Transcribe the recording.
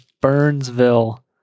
Burnsville